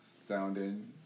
sounding